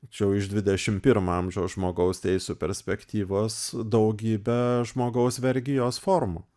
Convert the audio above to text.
čia jau iš dvidešim pirmo amžiaus žmogaus teisių perspektyvos daugybę žmogaus vergijos formų